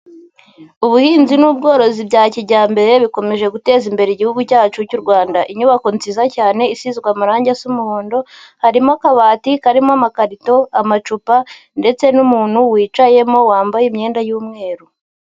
Ubuhinzi n'ubworozi bya kijyambere bikomeje guteza imbere igihugu cyacu cy'u Rwanda. Inyubako nziza cyane isizwe amarangi asa umuhondo, harimo akabati karimo amakarito, amacupa ndetse n'umuntu wicayemo wambaye imyenda y'umweru.